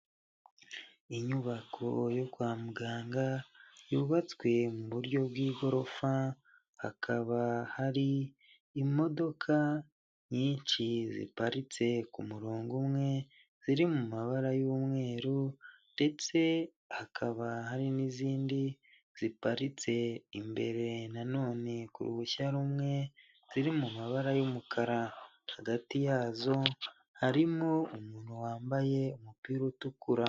Inyubako yo kwa muganga yubatswe mu buryo bw'igorofa, hakaba hari imodoka nyinshi ziparitse ku murongo umwe ziri mu mabara y'umweru ndetse hakaba hari n'izindi ziparitse imbere, nanone ku ruhushya rumwe ziri mu mabara y'umukara hagati yazo harimo umuntu wambaye umupira utukura.